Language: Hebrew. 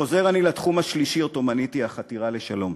חוזר אני לתחום השלישי שמניתי, החתירה לשלום.